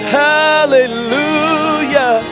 hallelujah